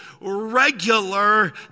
regular